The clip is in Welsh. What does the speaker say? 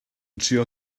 trio